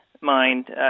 mind